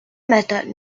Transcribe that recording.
method